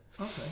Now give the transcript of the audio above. okay